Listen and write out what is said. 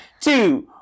two